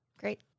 Great